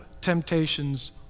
temptations